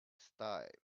style